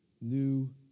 New